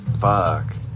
Fuck